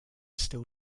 still